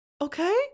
Okay